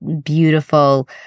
beautiful